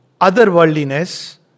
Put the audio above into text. otherworldliness